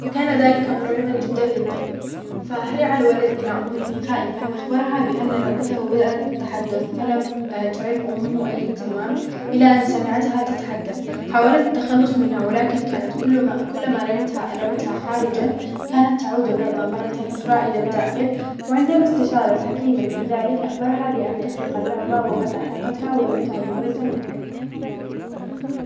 فكان ذلك مرعبًا جدًا للطفل، فهرع الولد إلى أمه خائفًا أخبرها بأن لعبته بدأت بالتحدث، فلم تعره أمه أي اهتمام ، إلى أن سمعتها تتحدث حاولت التخلص منها، ولكن كانت كل- كلما رمتها-رمتها خارجًا كانت تعود اللعبة مرة أخرى إلى الداخل، وعندما استشارت حكيمًا في ذلك أخبرها بأن تحرق اللعبة وقد أحرقتها، ولم تعد مرة أخرى.